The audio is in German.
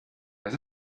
was